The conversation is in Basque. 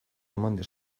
eman